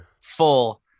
full